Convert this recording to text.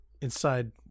inside